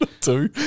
two